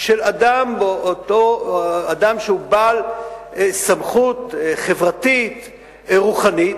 של אדם באותו אדם שהוא בעל סמכות חברתית רוחנית,